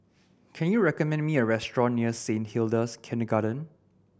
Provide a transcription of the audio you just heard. can you recommend me a restaurant near Saint Hilda's Kindergarten